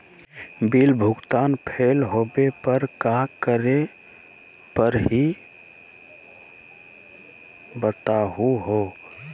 Bill भुगतान fail होवे पर का करै परही, बताहु हो?